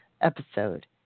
episode